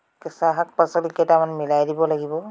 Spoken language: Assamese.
কেঁচা শাক পাচলিকেইটামান মিলাই দিব লাগিব